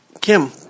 Kim